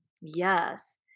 Yes